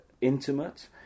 intimate